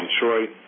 Detroit